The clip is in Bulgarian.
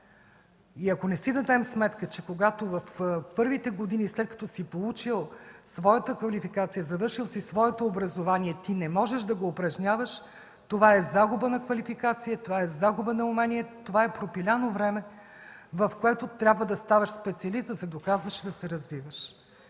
Ако не си дадем сметка, че когато в първите години, след като си получил своята квалификация, завършил си своето образование, ти не можеш да го упражняваш, това е загуба на квалификация, загуба на умения, това е пропиляно време, в което трябва да ставаш специалист, да се доказваш и да се развиваш.